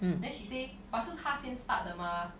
then she say but 是他先 start 的吗